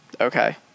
Okay